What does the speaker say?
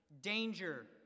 danger